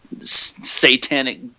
satanic